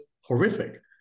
horrific